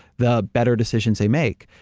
the better decisions they make.